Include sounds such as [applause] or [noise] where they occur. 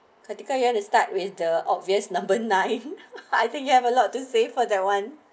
kretika you want to start with the obvious number nine [laughs] I think you have a lot to say for that one